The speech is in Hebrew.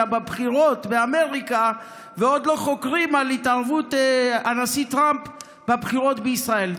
בבחירות באמריקה ועוד לא חוקרים על התערבות הנשיא טראמפ בבחירות בישראל.